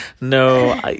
No